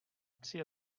tři